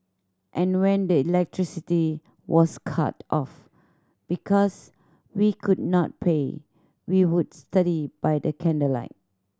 and when the electricity was cut off because we could not pay we would study by the candlelight